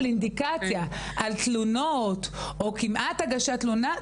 אינדיקציה על תלונות או כמעט הגשת תלונה,